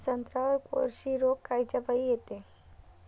संत्र्यावर कोळशी रोग कायच्यापाई येते?